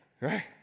right